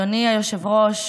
אדוני היושב-ראש,